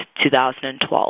2012